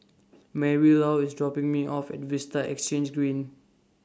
Marylou IS dropping Me off At Vista Exhange Green